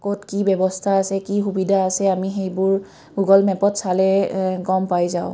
ক'ত কি ব্যৱস্থা আছে কি সুবিধা আছে আমি সেইবোৰ গুগল মেপত চালে গম পাই যাওঁ